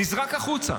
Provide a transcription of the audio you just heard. נזרק החוצה.